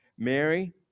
Mary